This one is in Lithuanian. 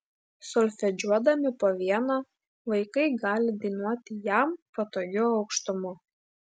solfedžiuodami po vieną vaikai gali dainuoti jam patogiu aukštumu